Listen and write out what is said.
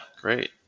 great